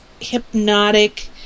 hypnotic